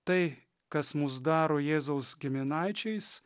tai kas mus daro jėzaus giminaičiais